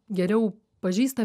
geriau pažįsta